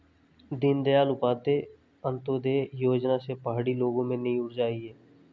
दीनदयाल उपाध्याय अंत्योदय योजना से पहाड़ी लोगों में नई ऊर्जा आई है